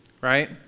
Right